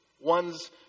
Ones